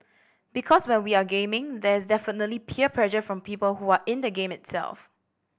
because when we are gaming there is definitely peer pressure from people who are in the game itself